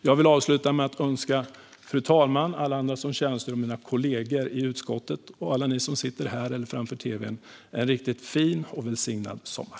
Jag vill avsluta med att önska fru talmannen och alla andra som tjänstgör här, mina kollegor i utskottet och alla er som sitter här eller framför tv:n en riktigt fin och välsignad sommar.